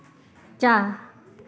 चार